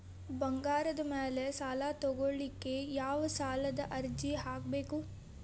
ಬಂಗಾರದ ಮ್ಯಾಲೆ ಸಾಲಾ ತಗೋಳಿಕ್ಕೆ ಯಾವ ಸಾಲದ ಅರ್ಜಿ ಹಾಕ್ಬೇಕು?